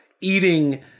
eating